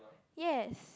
yes